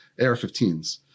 AR-15s